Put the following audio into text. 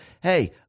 hey